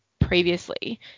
previously